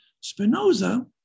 Spinoza